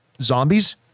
zombies